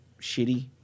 shitty